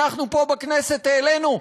אנחנו פה בכנסת העלינו,